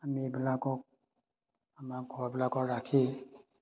আমি এইবিলাকক আমাৰ ঘৰবিলাকত ৰাখি